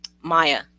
Maya